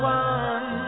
one